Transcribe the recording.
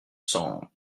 cents